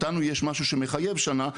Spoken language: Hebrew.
אותנו יש משהו שחייב שנה,